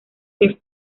que